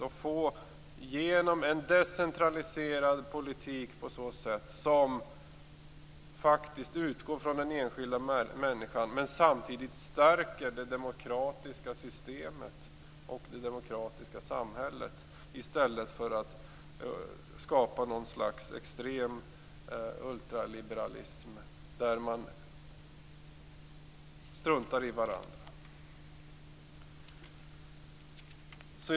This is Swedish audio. På så sätt skulle man få igenom en decentraliserad politik som faktiskt utgår från den enskilda människan men som samtidigt stärker det demokratiska systemet och det demokratiska samhället, i stället för att skapa något slags extrem ultraliberalism där man struntar i varandra.